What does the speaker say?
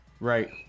right